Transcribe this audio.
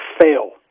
fail